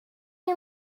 you